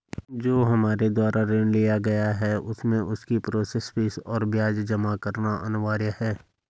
जो हमारे द्वारा ऋण लिया गया है उसमें उसकी प्रोसेस फीस और ब्याज जमा करना अनिवार्य है?